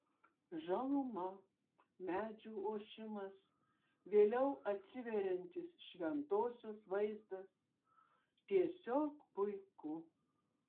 žaluma medžių ošimas vėliau atsiveriantis šventosios vaizdas tiesiog puiku